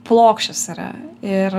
plokščias yra ir